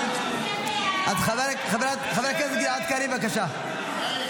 חבר הכנסת גלעד קריב, בבקשה.